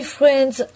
Friends